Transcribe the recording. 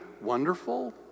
wonderful